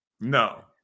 No